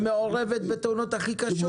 שמעורבת בתאונות הכי קשות.